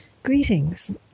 Greetings